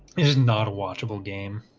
is not a watchable game